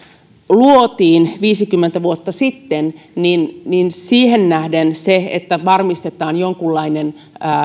luotiin viisikymmentä vuotta sitten niin niin siihen nähden se että varmistetaan jonkunlainen